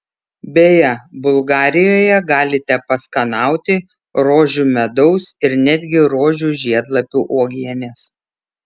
beje bulgarijoje galite paskanauti rožių medaus ir netgi rožių žiedlapių uogienės